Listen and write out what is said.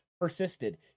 persisted